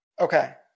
Okay